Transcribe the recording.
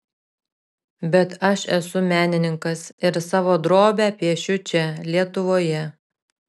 bet aš esu menininkas ir savo drobę piešiu čia lietuvoje